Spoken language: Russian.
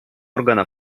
органа